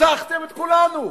ניצחתם את כולנו.